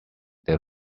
their